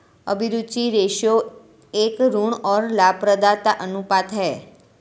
अभिरुचि रेश्यो एक ऋण और लाभप्रदता अनुपात है